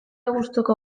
gustuko